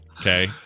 Okay